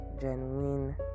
genuine